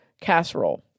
casserole